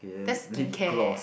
that's skincare